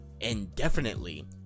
indefinitely